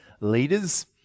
leaders